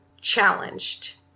challenged